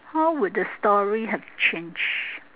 how would the story have changed